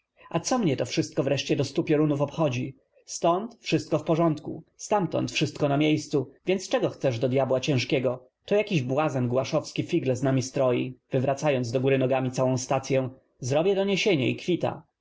a co mnie to w szystko wreszcie do stu piorunów obchodzi s tąd wszystko w po rządku stam tąd w szystko na miejscu więc czego chcesz do dyabła ciężkiego to jakiś błazen głaszowski figle z nami stroi w y w ra cając do góry nogam i całą stacyę zrobię doniesienie i kw